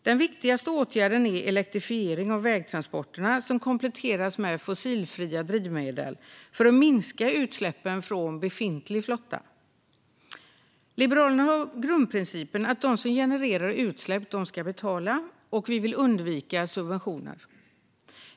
Den viktigaste åtgärden är elektrifiering av vägtransporterna som kompletteras med fossilfria drivmedel för att minska utsläppen från befintlig bilflotta. Liberalerna har grundprincipen att de som genererar utsläpp ska betala, och vi vill undvika subventioner.